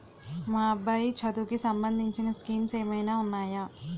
మా అబ్బాయి చదువుకి సంబందించిన స్కీమ్స్ ఏమైనా ఉన్నాయా?